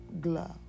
Glove